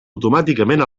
automàticament